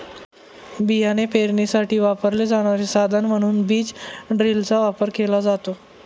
बियाणे पेरणीसाठी वापरले जाणारे साधन म्हणून बीज ड्रिलचा वापर केला जातो